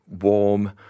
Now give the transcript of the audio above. warm